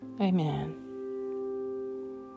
Amen